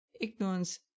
Ignorance